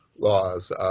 laws